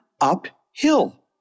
uphill